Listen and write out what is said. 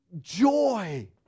joy